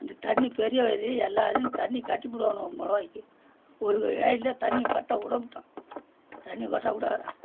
அந்த தண்ணி பெரிய ஏரி எல்லோரும் தண்ணி கட்டிப்பிடுவானுவ மொளவாய்க்கி ஒரு ஏரியில் தண்ணி கட்ட விடமாட்டோம் தண்ணி கட்டக்கூடாதுடா